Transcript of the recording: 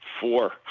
Four